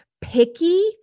picky